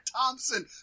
Thompson